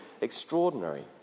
extraordinary